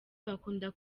bakunda